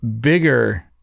bigger